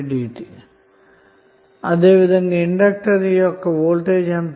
png అదేవిధంగా inductor అంతటా voltage ఎంత